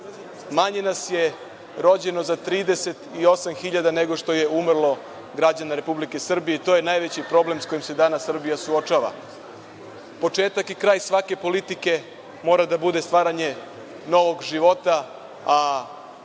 manje nas je rođeno za 38.000 hiljada nego što je umrlo građana Republike Srbije i to je najveći problem s kojim se danas Srbija suočava. Početak i kraj svake politike mora da bude stvaranje novog života,